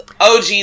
OG